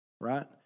Right